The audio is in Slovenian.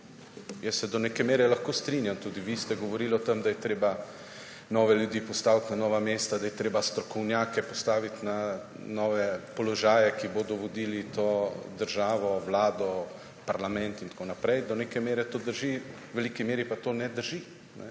Jaz se do neke mere lahko strinjam. Tudi vi ste govorili o tem, da je treba nove ljudi postaviti na nova mesta, da je treba strokovnjake postaviti na nove položaje, ki bodo vodili to državo, vlado, parlament in tako naprej. Do neke mere to drži, v veliki meri pa to ne drži.